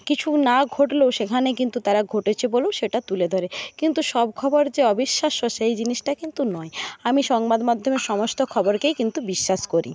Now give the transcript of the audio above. কিছু না ঘটলেও সেখানে কিন্তু তারা ঘটেছে বলেও সেটা তুলে ধরে কিন্তু সব খবর যে অবিশ্বাস্য সেই জিনিসটা কিন্তু নয় আমি সংবাদ মাধ্যমের সমস্ত খবরকেই কিন্তু বিশ্বাস করি